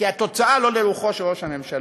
כי התוצאה היא לא לרוחו של ראש הממשלה.